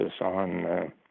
on